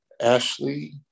Ashley